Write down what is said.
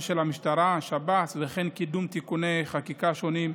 של המשטרה והשב"ס וכן קידום תיקוני חקיקה שונים.